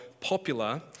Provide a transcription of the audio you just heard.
popular